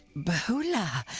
bahula!